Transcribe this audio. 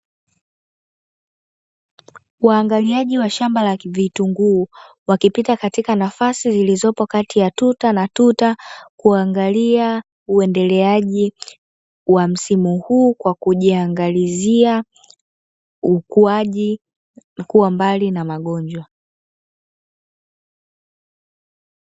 Waangaliaji wa shamba la vitunguu, wakipita katika nafasi zilizopo kati ya tuta na tuta, kuangalia uendeleaji wa msimu huu kwa kujiangalizia ukuaji na kuwa mbali na magonjwa.